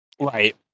Right